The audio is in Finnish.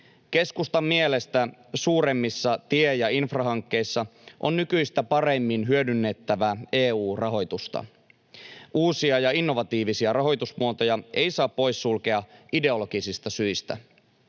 Keskustan mielestä suuremmissa tie‑ ja infrahankkeissa on nykyistä paremmin hyödynnettävä EU-rahoitusta. Uusia ja innovatiivisia rahoitusmuotoja ei saa poissulkea ideologisista syistä,